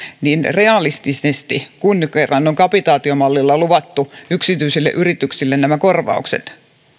niin realistisesti kun kerran on kapitaatiomallilla luvattu yksityisille yrityksille nämä korvaukset